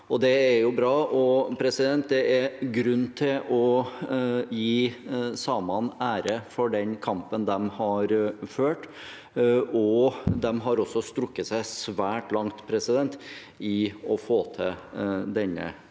det er bra. Det er grunn til å gi samene ære for den kampen de har ført, og de har også strukket seg svært langt i å få til denne enigheten.